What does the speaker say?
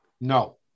No